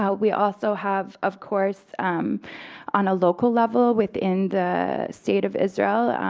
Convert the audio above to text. yeah we also have of course on a local level within the state of israel